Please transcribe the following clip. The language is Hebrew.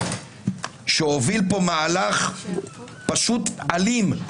שהוביל פה מהלך פשוט אלים.